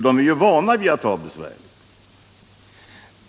De är ju vana vid det.